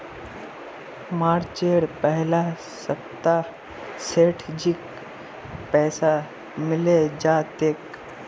मार्चेर पहला सप्ताहत सेठजीक पैसा मिले जा तेक